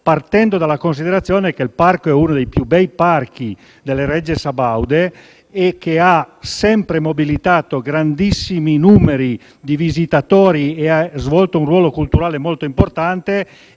partendo dalla considerazione che si tratta di uno dei più bei parchi delle regge sabaude, che ha sempre mobilitato grandissimi numeri di visitatori e svolto un ruolo culturale molto importante,